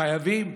חייבים,